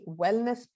wellness